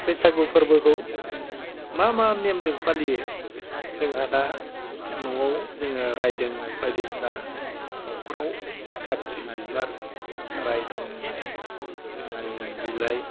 बैसागु फोर्बोखौ मा मा नेमजों फालियो जोंहा दा न'आव जोङो रायदों बायदिसिना न'खराव खाथ्रि बिबार रायदोंनि बिलाइ